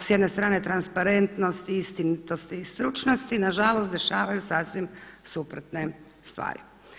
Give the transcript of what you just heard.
s jedne strane transparentnosti, istinitosti i stručnosti nažalost dešavaju sasvim suprotne stvari.